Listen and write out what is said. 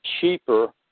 cheaper